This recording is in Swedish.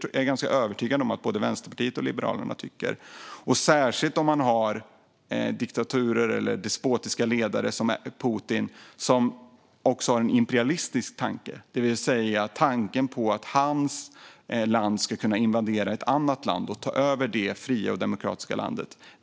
Det är jag ganska övertygad om att både Vänsterpartiet och Liberalerna tycker - särskilt om man har att göra med diktaturer eller despotiska ledare som Putin som också har en imperialistisk tanke, det vill säga tanken att hans land ska kunna invadera ett annat land och ta över det fria och demokratiska landet.